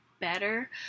better